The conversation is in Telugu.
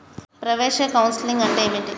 ప్రవేశ కౌన్సెలింగ్ అంటే ఏమిటి?